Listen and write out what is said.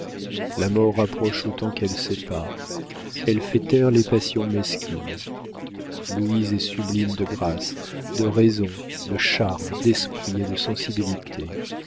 la mort rapproche autant qu'elle sépare elle fait taire les passions mesquines louise est sublime de grâce de raison de charme d'esprit et de sensibilité